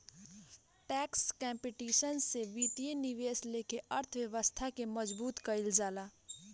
tax competition से वित्तीय निवेश लेके अर्थव्यवस्था के मजबूत कईल जाला